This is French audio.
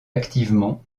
activement